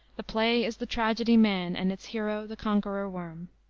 the play is the tragedy man, and its hero the conqueror worm,